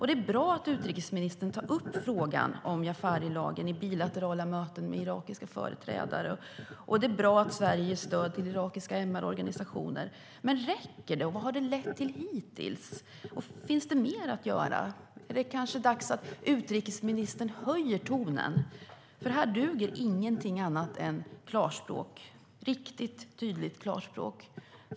Det är bra att utbildningsministern tar upp frågan om Jaafarilagen i bilaterala möten med irakiska företrädare. Det är bra att Sverige ger stöd till irakiska MR-organisationer. Men räcker det? Vad har det lett till hittills? Finns det mer att göra? Är det kanske dags att utrikesministern höjer tonen? Här duger ingenting annat än klarspråk - riktigt tydligt klarspråk.